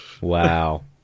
Wow